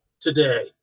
today